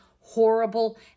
horrible